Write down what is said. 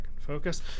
focus